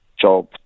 job